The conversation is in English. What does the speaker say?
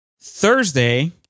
Thursday